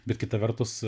bet kita vertus